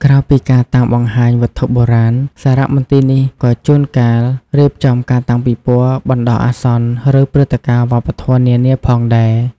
ក្រៅពីការតាំងបង្ហាញវត្ថុបុរាណ សារមន្ទីរនេះក៏ជួនកាលរៀបចំការតាំងពិពណ៌បណ្តោះអាសន្ន ឬព្រឹត្តិការណ៍វប្បធម៌នានាផងដែរ។